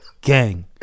Gang